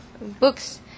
books